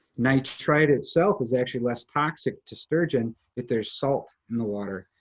nitrite itself is actually less toxic to sturgeon if there's salt in the water.